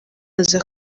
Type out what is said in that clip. aza